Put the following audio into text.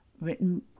written